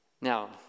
Now